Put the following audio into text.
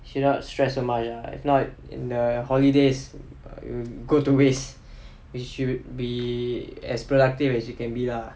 sino stress so much if not in the holidays go to waste which should be as productive as you can be lah